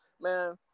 man